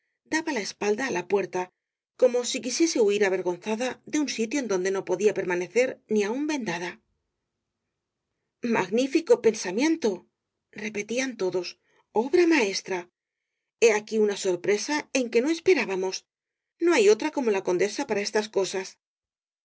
daba la espalda á la puerta como si quisiese huir avergonzada de un sitio en donde no podía permanecer ni aun vendada magnífico pensamiento repetían todos obra maestra he aquí una sorpresa en que no esperábamos no hay otra como la condesa para estas cosas